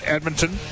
Edmonton